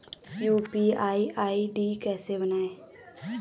UPI ID कैसे बनायें?